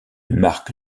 marque